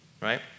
right